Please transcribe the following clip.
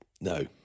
No